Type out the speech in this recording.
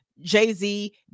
Jay-Z